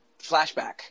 flashback